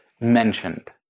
mentioned